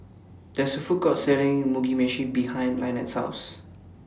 There IS A Food Court Selling Mugi Meshi behind Lynnette's House